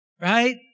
right